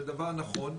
זה דבר נכון.